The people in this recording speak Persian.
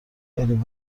بریم